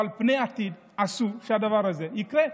אבל לעתיד אסור שהדבר הזה יקרה,